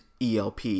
ELP